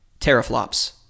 teraflops